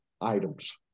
items